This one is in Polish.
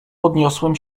podniosłem